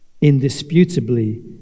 indisputably